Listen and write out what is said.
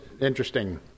interesting